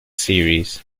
series